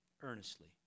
earnestly